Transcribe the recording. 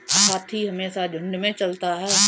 हाथी हमेशा झुंड में चलता है